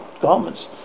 garments